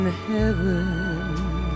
heaven